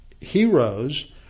heroes